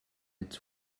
its